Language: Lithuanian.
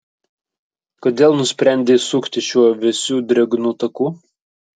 kodėl nusprendei sukti šiuo vėsiu drėgnu taku